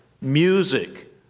music